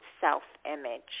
self-image